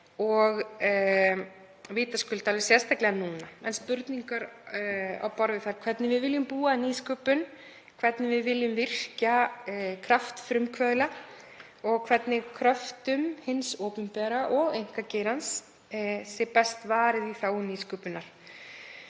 og vitaskuld alveg sérstaklega núna. Það eru spurningar á borð við þær hvernig við viljum búa að nýsköpun, hvernig við viljum virkja kraft frumkvöðla og hvernig kröftum hins opinbera og einkageirans sé best varið í þágu nýsköpunar.